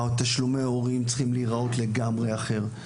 תשלומי ההורים צריכים להיראות לגמרי אחרת.